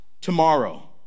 tomorrow